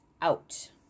out